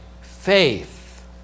faith